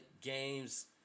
games